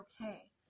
okay